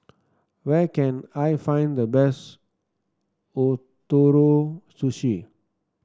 where can I find the best Ootoro Sushi